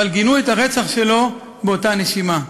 אבל גינו את הרצח שלו באותה נשימה.